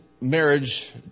marriage